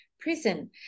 Prison